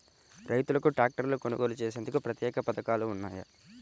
రైతులకు ట్రాక్టర్లు కొనుగోలు చేసేందుకు ప్రత్యేక పథకాలు ఉన్నాయా?